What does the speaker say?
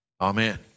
Amen